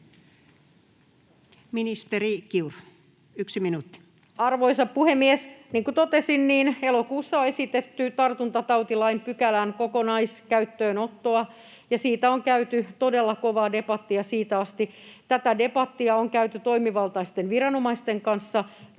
Time: 18:39 Content: Arvoisa puhemies! Niin kuin totesin, elokuussa on esitetty tartuntatautilain pykälän kokonaiskäyttöönottoa ja siitä on käyty todella kovaa debattia siitä asti. Tätä debattia on käyty toimivaltaisten viranomaisten kanssa,